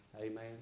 Amen